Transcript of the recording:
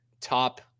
top